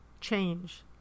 change